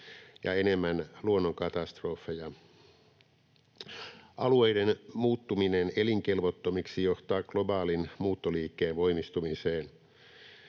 ja enemmän luonnonkatastrofeja. Alueiden muuttuminen elinkelvottomiksi johtaa globaalin muuttoliikkeen voimistumiseen.